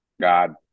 God